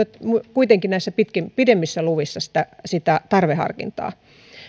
kuitenkin näissä pidemmissä luvissa sitä sitä tarveharkintaa